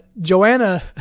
Joanna